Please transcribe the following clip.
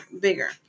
bigger